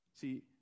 See